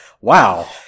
wow